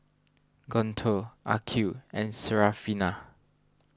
Guntur Aqil and Syarafina